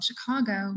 Chicago